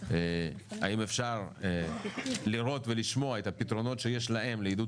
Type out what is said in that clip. האם אפשר לראות ולשמוע את הפתרונות שיש להם לעידוד